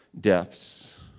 depths